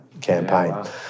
campaign